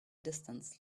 distance